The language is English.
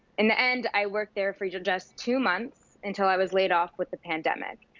in the end i worked there for just two months until i was laid off with the pandemic.